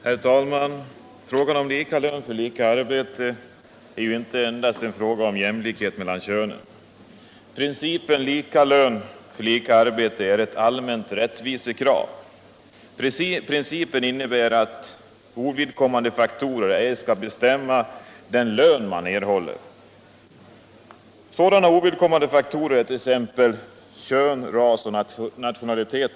Herr talman! Frågan om lika lön för lika arbete är inte endast en fråga om jämlikhet mellan könen. Principen lika lön för lika arbete är ett allmänt rättvisckrav. Principen innebär att ovidkommande faktorer ej skall bestämma den lön man erhåller. Sådana ovidkommande faktorer är t.ex. kön, ras och nationalitet.